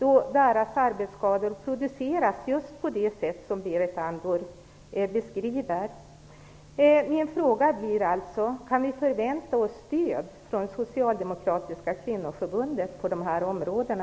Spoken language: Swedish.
Kvinnornas arbetsskador produceras just på det sätt som Berit Andnor beskriver. Min fråga blir alltså: Kan vi förvänta oss stöd från det socialdemokratiska kvinnoförbundet på de här områdena?